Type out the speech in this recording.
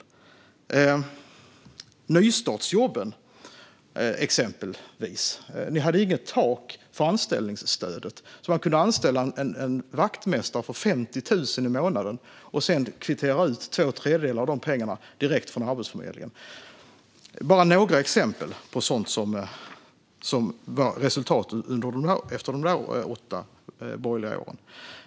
När det gäller nystartsjobben hade man inget tak för anställningsstödet, så man kunde anställa en vaktmästare för 50 000 i månaden och sedan kvittera ut två tredjedelar av de pengarna direkt från Arbetsförmedlingen. Detta var bara några exempel på sådant som blev resultatet av de åtta borgerliga åren.